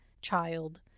child